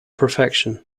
perfection